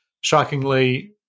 shockingly